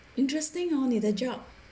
interesting hor 你的 job